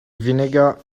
vinegar